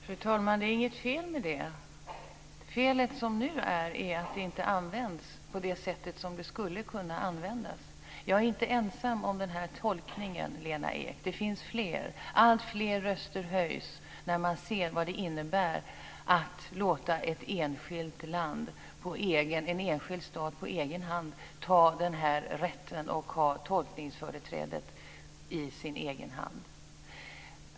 Fru talman! Det är inget fel med det. Felet är att det inte används på det sätt som det skulle kunna användas. Jag är inte ensam om denna tolkning, Lena Ek. Det finns fler. Alltfler röster höjs när man ser vad det innebär att låta en enskild stat på egen hand ta denna rätt och ha tolkningsföreträdet i sin egen hand.